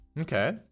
Okay